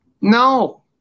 No